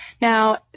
Now